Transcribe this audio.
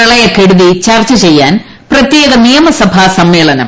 പ്രളയക്കെടുതി ചർച്ച ചെയ്യാൻ പ്രത്യേക നിയമസഭാ സമ്മേളനം